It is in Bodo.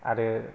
आरो